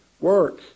Work